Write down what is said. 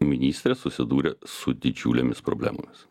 ministrė susidūrė su didžiulėmis problemomis